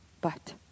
But